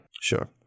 sure